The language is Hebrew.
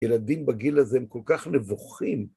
ילדים בגיל הזה הם כל כך נבוכים.